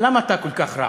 למה אתה כל כך רע?